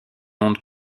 ondes